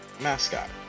mascot